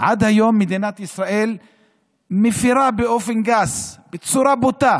מדינת ישראל מפירה באופן גס, בצורה בוטה,